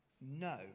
no